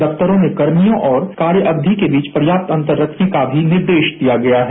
दफ्तरों में कर्मियों और कार्य अवधि के बीच पर्याप्त अंतर रखने का भी निर्देश दिया गया है